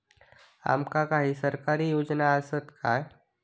आमका काही सरकारी योजना आसत काय?